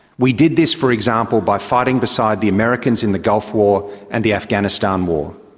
we did this, for example, by fighting beside the americans in the gulf war and the afghanistan war.